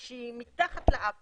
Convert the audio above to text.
כשהיא מתחת לאף,